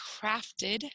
crafted